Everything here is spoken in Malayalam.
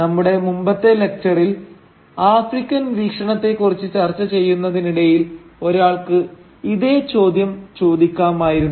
നമ്മുടെ മുമ്പത്തെ ലക്ച്ചറിൽ ആഫ്രിക്കൻ വീക്ഷണത്തെ കുറിച്ച് ചർച്ച ചെയ്യുന്നതിനിടയിൽ ഒരാൾക്ക് ഇതേ ചോദ്യം ചോദിക്കാമായിരുന്നു